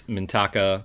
Mintaka